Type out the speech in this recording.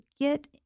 get